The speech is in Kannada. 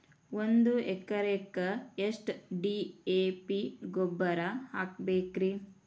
ಒಂದು ಎಕರೆಕ್ಕ ಎಷ್ಟ ಡಿ.ಎ.ಪಿ ಗೊಬ್ಬರ ಹಾಕಬೇಕ್ರಿ?